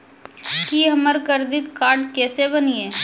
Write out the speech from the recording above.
की हमर credit card केसे बनिये?